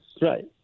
Right